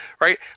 right